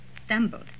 stumbled